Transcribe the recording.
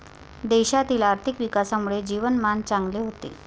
देशातील आर्थिक विकासामुळे जीवनमान चांगले होते